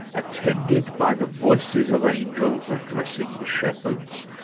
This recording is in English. attended by the voices of angels addressing the shepherds,